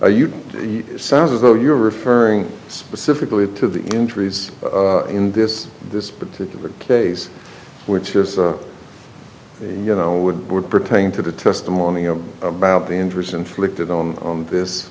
you sound as though you're referring specifically to the injuries in this in this particular case which is you know would would pertain to the testimony of about the injuries inflicted on this